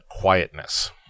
quietness